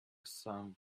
some